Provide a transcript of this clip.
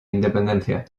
independencia